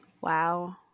wow